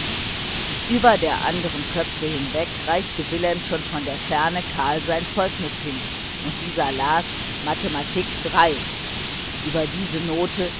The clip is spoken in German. über der andern köpfe weg reichte wilhelm schon von der ferne karl sein zeugnis hin und dieser las mathematik iii über diese note